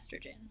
estrogen